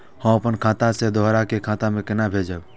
हम आपन खाता से दोहरा के खाता में केना भेजब?